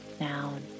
down